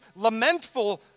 lamentful